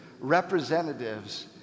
representatives